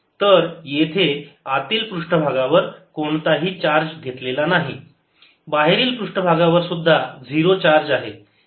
तर तेथे आतील पृष्ठभागावर कोणताही चार्ज घेतलेला नाही बाहेरील पृष्ठभागावर सुद्धा झिरो चार्ज आहे